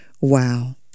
Wow